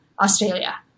Australia